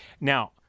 Now